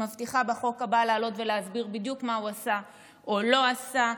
אני מבטיחה בחוק הבא לעלות ולהסביר בדיוק מה הוא עשה או לא עשה.